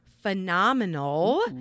phenomenal